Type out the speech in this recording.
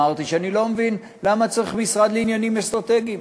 שאני לא מבין למה צריך משרד לעניינים אסטרטגיים.